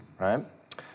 right